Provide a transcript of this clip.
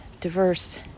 diverse